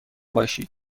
باشید